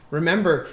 Remember